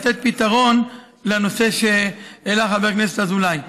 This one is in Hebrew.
לתת פתרון לנושא שהעלה חבר הכנסת אזולאי.